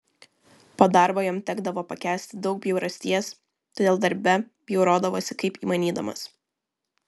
po darbo jam tekdavo pakęsti daug bjaurasties todėl darbe bjaurodavosi kaip įmanydamas